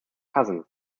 cousin